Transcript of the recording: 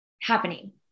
happening